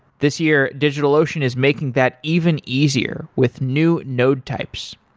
this year, digitalocean is making that even easier with new node types.